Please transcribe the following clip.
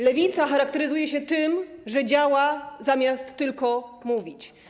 Lewica charakteryzuje się tym, że działa, zamiast tylko mówić.